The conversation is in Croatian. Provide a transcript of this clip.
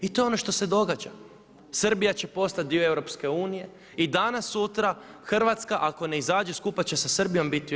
I to je ono što se događa, Srbija će postati dio EU i danas sutra Hrvatska ako ne izađe skupa će sa Srbijom biti u EU.